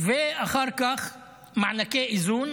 ואחר כך מענקי איזון,